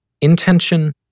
Intention